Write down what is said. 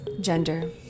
gender